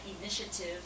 initiative